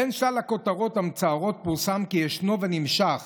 בין שלל הכותרות המצערות פורסם כי ישנו ונמשך